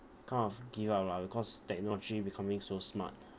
kind of give up lah because technology becoming so smart